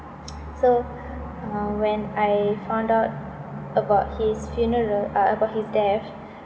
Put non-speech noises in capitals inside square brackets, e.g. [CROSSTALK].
[NOISE] so uh when I found out about his funeral uh about his death